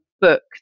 book